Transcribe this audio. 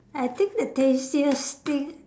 I think the tastiest thing